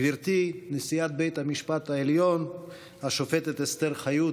גברתי נשיאת בית המשפט העליון השופטת אסתר חיות,